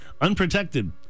unprotected